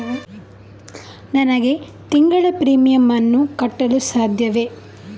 ನನಗೆ ತಿಂಗಳ ಪ್ರೀಮಿಯಮ್ ಅನ್ನು ಕಟ್ಟಲು ಸಾಧ್ಯವೇ?